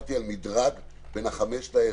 דיברתי על מדרג בין 5,000 ל-10,000.